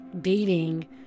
dating